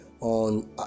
on